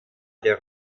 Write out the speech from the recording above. der